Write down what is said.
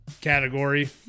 category